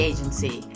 Agency